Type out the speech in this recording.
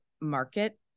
market